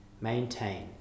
maintain